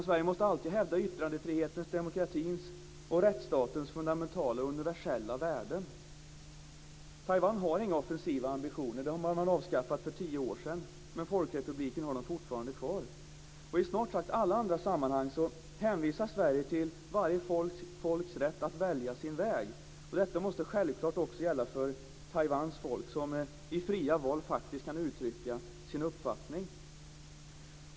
Sverige måste alltid hävda yttrandefrihetens, demokratins och rättsstatens fundamentala universella värden. Taiwan har inga offensiva ambitioner. Dem har man avskaffat för tio år sedan, men Folkrepubliken har dem fortfarande kvar. I snart sagt alla andra sammanhang hänvisar Sverige till varje folks rätt att välja sin väg. Detta måste självfallet också gälla för Taiwans folk som i fria val faktiskt kan uttrycka sin uppfattning.